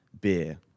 beer